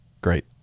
Great